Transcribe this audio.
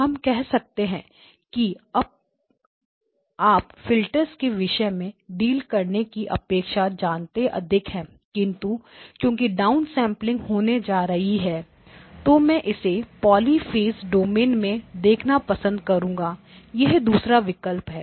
हम कह सकते हैं कि आप फिल्टर्स के विषय में डील करने की अपेक्षा जानते अधिक है किंतु क्योंकि डाउनसेंपलिंग होने जा रही है तो मैं इसे पॉली फेज डोमिन में देखना पसंद करूंगा यह दूसरा विकल्प है